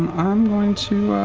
um going to.